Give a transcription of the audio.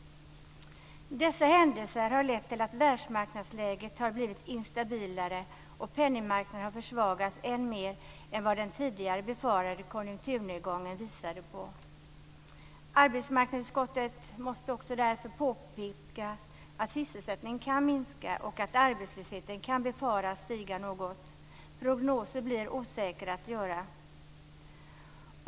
Dessa händelser har lett till att världsmarknadsläget har blivit instabilare och att penningmarknaden har försvagats än mer än den tidigare befarade konjunkturnedgången visade på. Arbetsmarknadsutskottet måste därför också påpeka att sysselsättningen kan minska och att arbetslösheten kan befaras stiga något. Prognoser blir osäkra att göra.